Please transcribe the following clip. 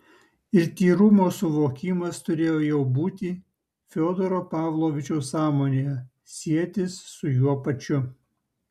ir tyrumo suvokimas turėjo jau būti fiodoro pavlovičiaus sąmonėje sietis su juo pačiu